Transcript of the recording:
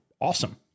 awesome